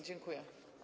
Dziękuję.